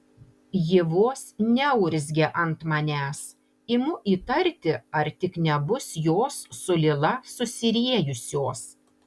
ji vos neurzgia ant manęs imu įtarti ar tik nebus jos su lila susiriejusios